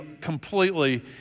completely